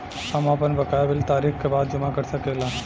हम आपन बकाया बिल तारीख क बाद जमा कर सकेला?